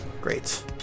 Great